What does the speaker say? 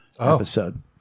episode